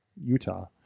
utah